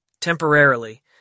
temporarily